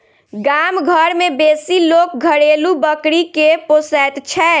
गाम घर मे बेसी लोक घरेलू बकरी के पोसैत छै